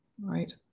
right